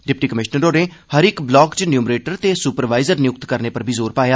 deputy commissioner होरें हर इक ब्लाक च न्यूमरेटर ते सुपरवाईजर नियुक्त करने पर जोर पाया